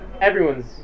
everyone's